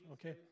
Okay